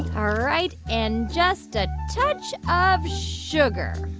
um right. and just a touch of sugar.